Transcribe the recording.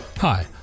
Hi